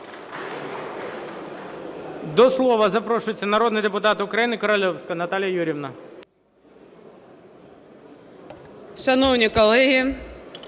До слова запрошується народний депутат України Королевська Наталія Юріївна.